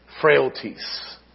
frailties